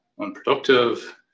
unproductive